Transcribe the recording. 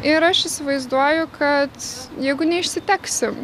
ir aš įsivaizduoju kad jeigu neišsiteksim